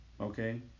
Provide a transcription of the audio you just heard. Okay